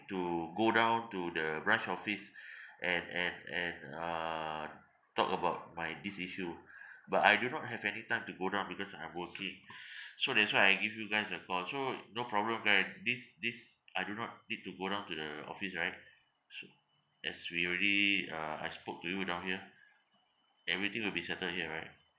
to go down to the branch office and and and uh talk about my this issue but I do not have any time to go down because I'm working so that's why I give you guys a call so no problem right this this I do not need to go down to the office right as we already uh I spoke to you down here everything will be settled here right